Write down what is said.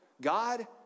God